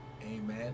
amen